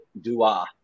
Dua